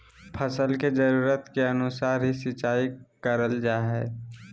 फसल के जरुरत के अनुसार ही सिंचाई करल जा हय